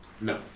No